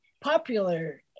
popular